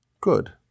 good